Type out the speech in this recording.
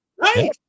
Right